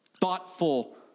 thoughtful